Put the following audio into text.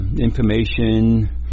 information